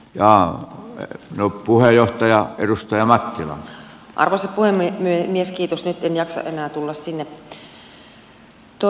ja herra puheenjohtaja yhtyä mackillo avasi poimi miehen mies kiitos nyt en jaksa enää tulla sinne